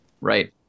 right